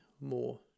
more